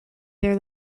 their